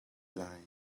lai